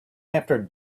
after